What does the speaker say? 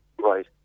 Right